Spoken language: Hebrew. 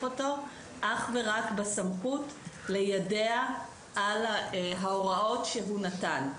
אותו אך ורק בסמכות ליידע על ההוראות שהוא נתן.